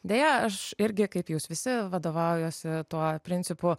deja aš irgi kaip jūs visi vadovaujuosi tuo principu